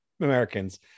Americans